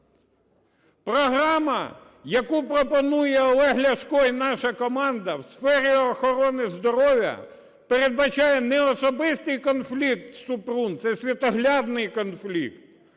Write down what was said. Програма, яку пропонує Олег Ляшко і наша команда у сфері охорони здоров'я, передбачає не особистий конфлікт Супрун – це світоглядний конфлікт,